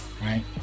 right